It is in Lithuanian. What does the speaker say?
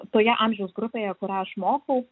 toje amžiaus grupėje kurią aš mokau